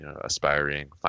aspiring